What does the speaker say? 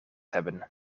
hebben